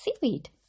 seaweed